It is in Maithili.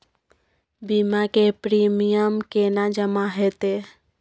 बीमा के प्रीमियम केना जमा हेते?